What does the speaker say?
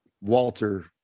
Walter